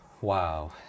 Wow